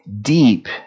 deep